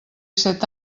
set